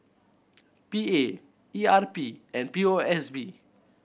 P A E R P and P O S B